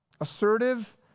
assertive